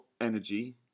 energy